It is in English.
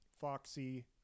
Foxy